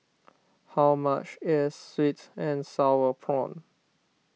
how much is Sweet and Sour Prawns